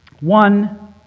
one